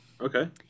Okay